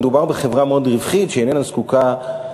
מדובר בחברה מאוד רווחית שאיננה זקוקה,